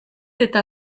eta